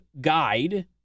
guide